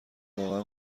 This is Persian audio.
واقعا